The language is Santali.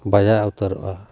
ᱵᱟᱡᱟᱣ ᱩᱛᱟᱹᱨᱚᱜᱼᱟ